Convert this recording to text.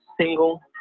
single